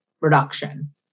reduction